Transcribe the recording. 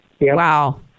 Wow